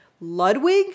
Ludwig